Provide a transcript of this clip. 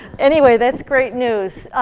anyway, that's great news.